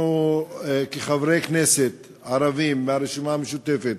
אנחנו, חברי כנסת ערבים מהרשימה המשותפת,